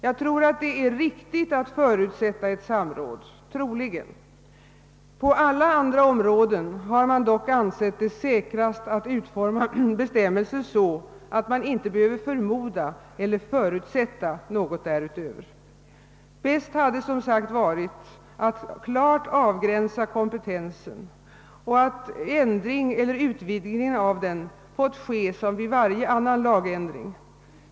Det är förmodligen riktigt att förutsätta ett samråd, På alla andra områden har man dock ansett det säkrast att utforma sådana bestämmelser att man inte behöver förmoda eller förutsätta något därutöver. Bäst hade som sagt varit att klart avgränsa kompetensen och att ändring eller utvidgning av den hade fått ske som vid varje annan lagändring.